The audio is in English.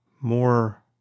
more